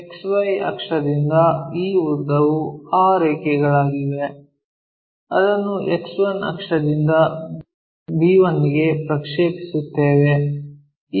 XY ಅಕ್ಷದಿಂದ ಈ ಉದ್ದವು ಆ ರೇಖೆಗಳಾಗಿವೆ ಅದನ್ನು X1 ಅಕ್ಷದಿಂದ b1 ಗೆ ಪ್ರಕ್ಷೇಪಿಸುತ್ತೇವೆ